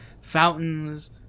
fountains